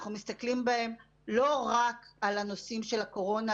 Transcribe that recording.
אנחנו מסתכלים בהם לא רק על הנושאים של הקורונה,